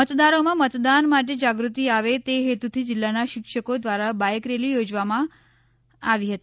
મતદારોમાં મતદાન માટે જાગૃતિ આવે તે હેતુથી જિલ્લાના શિક્ષકો દ્વારા બાઇક રેલી યોજવામાં આવી હતી